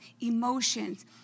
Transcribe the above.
emotions